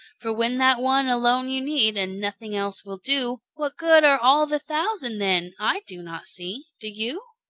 for when that one alone you need, and nothing else will do, what good are all the thousand then? i do not see do you?